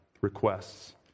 requests